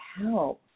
help